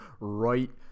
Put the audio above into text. right